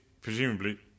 presumably